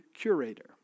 curator